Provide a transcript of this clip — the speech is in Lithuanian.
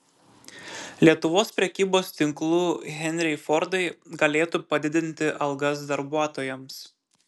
lietuvos prekybos tinklų henriai fordai galėtų padidinti algas darbuotojams